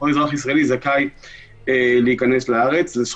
היא דיברה על